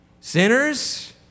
Sinners